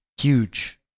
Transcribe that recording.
huge